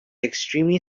extremely